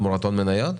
תמורת הון מניות?